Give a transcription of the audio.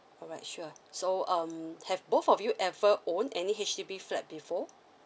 alright sure so um have both of you ever owned any H_D_B flat before